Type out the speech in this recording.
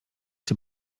czy